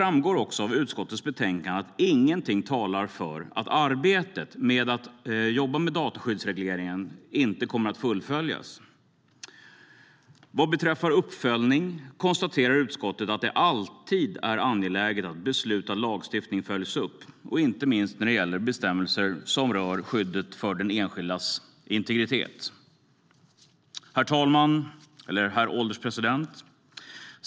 Av utskottets betänkande framgår också att ingenting talar för att arbetet med att jobba med dataskyddsregleringen inte kommer att fullföljas. Vad beträffar uppföljning konstaterar utskottet att det alltid är angeläget att besluta om att lagstiftningen följs upp, inte minst när det gäller bestämmelser som rör skyddet för den enskildes integritet. Herr ålderspresident!